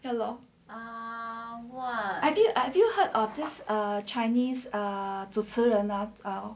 ya lor I didn't I have you heard of this chinese 主持人啊